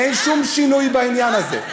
אין שום שינוי בעניין הזה.